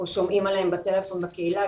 שומעים עליהם בטלפון, בקהילה.